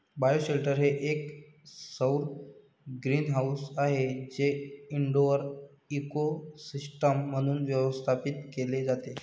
bioshelter हे एक सौर ग्रीनहाऊस आहे जे इनडोअर इकोसिस्टम म्हणून व्यवस्थापित केले जाते